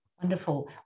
Wonderful